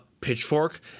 pitchfork